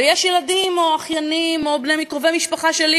ויש ילדים או אחיינים או קרובי משפחה שלי